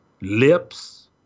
lips